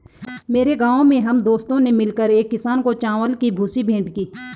मेरे गांव में हम दोस्तों ने मिलकर एक किसान को चावल की भूसी भेंट की